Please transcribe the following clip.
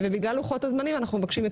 בגלל לוחות הזמנים אנחנו מבקשים את